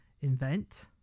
invent